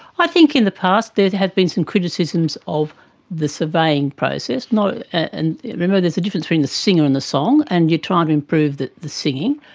i think in the past there have been some criticisms of the surveying process. and remember, there's a difference between the singer and the song, and you're trying to improve the the singing.